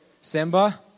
Simba